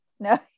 No